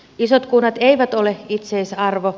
isot kunnat eivät ole itseisarvo